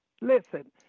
Listen